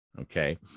okay